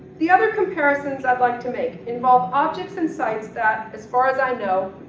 the other comparisons i'd like to make involve objects and sites that, as far as i know,